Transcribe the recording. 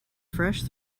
fresh